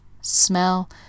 smell